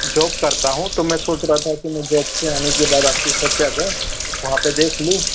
job करता हूँ तो मैं सोच रहा था कि मैं जॉब से आने के बाद आपकी शॅाप पर आ जाऊँ वहाँ पर देख लूँ